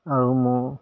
আৰু মোৰ